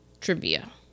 trivia